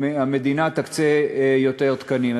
שהמדינה תקצה יותר תקנים.